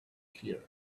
here